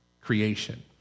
creation